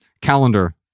calendar